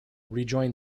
rejoined